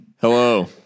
Hello